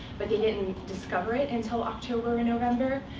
but they didn't discover it until october or november,